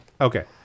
Okay